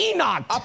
Enoch